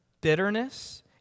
bitterness